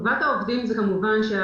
העובדים לא מקבלים את